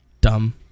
dumb